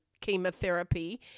chemotherapy